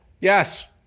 yes